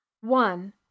One